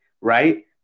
right